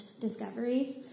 discoveries